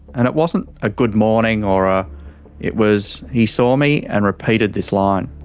and it wasn't a good morning or ah it was, he saw me and repeated this line.